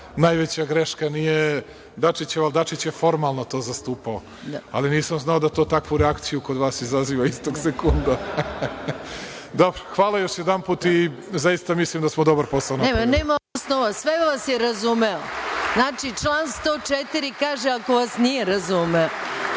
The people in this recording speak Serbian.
najveća greška, nije Dačićeva, Dačić je formalno to zastupao, ali nisam znao da to takvu reakciju kod vas izaziva istog sekunda. Dobro, hvala još jedanput i zaista mislim da smo dobar posao napravili. **Maja Gojković** Molim vas, nema osnova, sve vas je razumeo. Znači, član 104. kaže – ako vas nije razumeo.